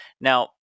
Now